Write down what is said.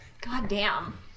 Goddamn